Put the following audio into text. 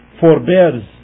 forbears